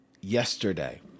yesterday